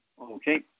Okay